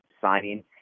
signing –